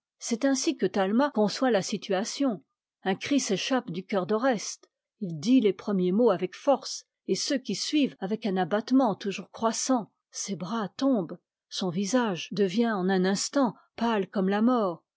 c'est ainsi que talma conçoit la situation un cri s'échappe du cœur d'oreste il dit les premiers mots avec force et ceux qui suivent avec un abattement toujours croissant ses bras tombent son visage devient en un instant pâle comme la mort